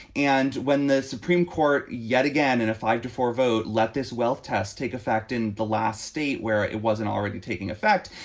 and when the supreme court yet again in a five to four vote, let this wealth test take effect in the last state where it wasn't already taking effect,